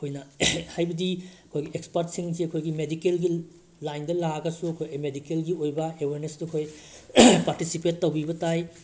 ꯑꯩꯈꯣꯏꯅ ꯍꯥꯏꯕꯗꯤ ꯑꯩꯈꯣꯏꯒꯤ ꯑꯦꯛꯁꯄꯥꯔꯠꯁꯤꯡꯁꯦ ꯑꯩꯈꯣꯏꯒꯤ ꯃꯦꯗꯤꯀꯦꯜꯒꯤ ꯂꯥꯏꯟꯗ ꯂꯥꯛꯑꯒꯁꯨ ꯑꯩꯈꯣꯏ ꯃꯦꯗꯤꯀꯦꯜꯒꯤ ꯑꯣꯏꯕ ꯑꯦꯋꯦꯔꯅꯦꯁꯇꯣ ꯑꯩꯈꯣꯏ ꯄꯥꯔꯇꯤꯁꯤꯄꯦꯠ ꯇꯧꯕꯤꯕ ꯇꯥꯏ